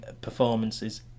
performances